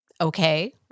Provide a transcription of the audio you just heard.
okay